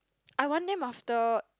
I want them after